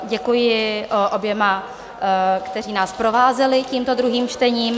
Děkuji oběma, kteří nás provázeli tímto druhým čtením.